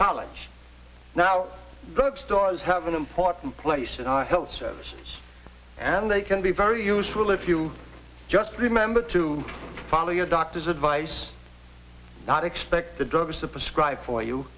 college now drugstores have an important place in our health service and they can be very useful if you just remember to follow your doctor's advice not expect the drugs to prescribe for you